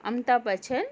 Amita Bachchan